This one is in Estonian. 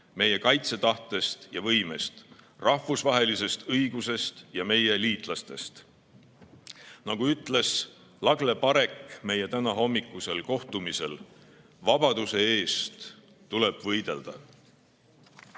meie kaitsetahtest ja ‑võimest, rahvusvahelisest õigusest ja meie liitlastest. Nagu ütles Lagle Parek meie tänahommikusel kohtumisel: "Vabaduse eest tuleb võidelda."